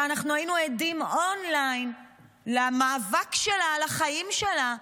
שאנחנו היינו עדים און-ליין למאבק שלה על החיים שלה,